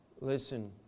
Listen